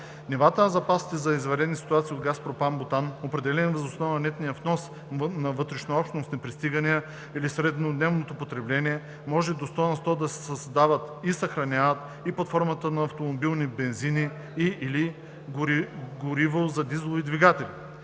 Нивата на запасите за извънредни ситуации от газ пропан-бутан, определени въз основа на нетния внос и вътрешнообщностни пристигания или среднодневното потребление, може до 100 на сто да се създават и съхраняват и под формата на автомобилни бензини и/или гориво за дизелови двигатели,